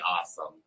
awesome